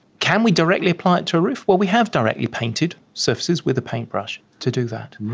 can we directly apply it to a roof? well, we have directly painted surfaces with a paintbrush to do that,